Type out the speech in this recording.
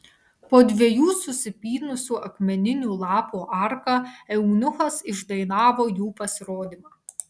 po dviejų susipynusių akmeninių lapų arka eunuchas išdainavo jų pasirodymą